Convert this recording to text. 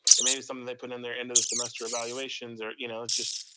it may be something they put in their end of the semester evaluations or you know just,